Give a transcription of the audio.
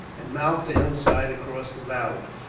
and mount the hillside across the valley.